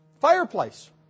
fireplace